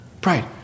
Pride